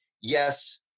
yes